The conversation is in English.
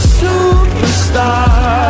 superstar